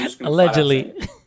Allegedly